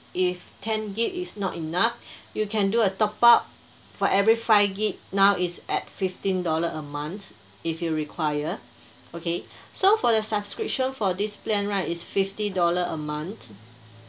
if ten gig is not enough you can do a top up for every five gig now is at fifteen dollar a month if you require okay so for the subscription for this plan right it's fifty dollar a month